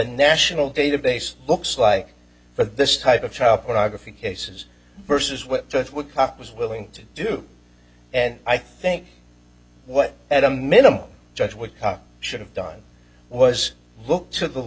national database looks like but this type of child pornography cases versus what it would cost was willing to do and i think what at a minimum judge we should have done was look to the